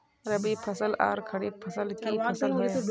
रवि फसल आर खरीफ फसल की फसल होय?